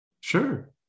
Sure